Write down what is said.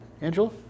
Angela